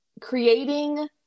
creating